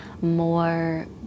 more